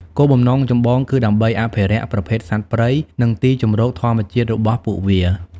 គោលបំណងចម្បងគឺដើម្បី អភិរក្សប្រភេទសត្វព្រៃ និង ទីជម្រកធម្មជាតិ របស់ពួកវា។